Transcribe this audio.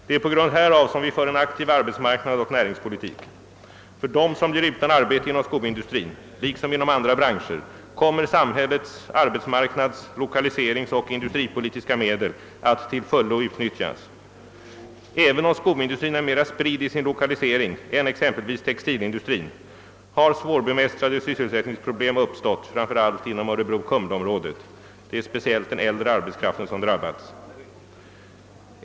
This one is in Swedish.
Det är på grund härav som vi för en aktiv arbetsmarknadsoch näringspolitik. För dem som blir utan arbete inom skoindustrin — liksom inom andra branscher — kommer samhällets arbetsmarknads-, lokaliseringsoch industripolitiska medel att till fullo utnyttjas. även om skoindustrin är mera spridd i sin lokalisering än exempelvis textilindustrin, har svårbemästrade sysselsättningsproblem uppstått framför allt inom Örebro/Kumla-området. Det är speciellt den äldre arbetskraften som drabbats.